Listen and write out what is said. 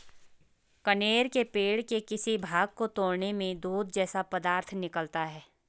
कनेर के पेड़ के किसी भाग को तोड़ने में दूध जैसा पदार्थ निकलता है